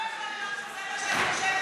באים ומברכים אנשים שכיוונו,